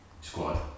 squad